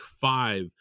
five